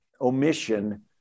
omission